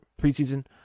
preseason